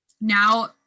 Now